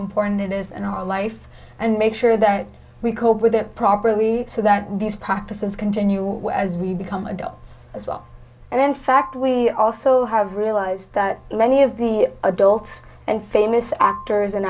important it is and our life and make sure that we cope with it properly so that these practices continue as we become adults as well and in fact we also have realized that many of the adults and famous actors and